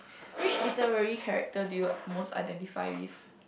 which literary character do you most identify with